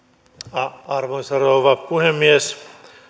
arvoisa rouva puhemies